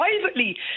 privately